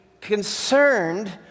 concerned